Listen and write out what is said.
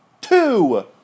two